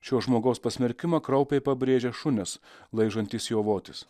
šio žmogaus pasmerkimą kraupiai pabrėžia šunys laižantys jo votis